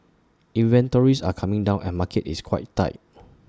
inventories are coming down and market is quite tight